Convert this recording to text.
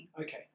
okay